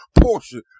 portion